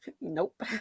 Nope